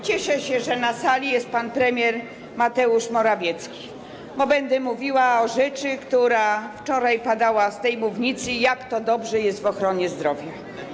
Cieszę się, że na sali jest pan premier Mateusz Morawiecki, bo będę mówiła o sprawie, która wczoraj padała z tej mównicy, tj. o tym, jak to dobrze jest w ochronie zdrowia.